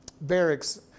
barracks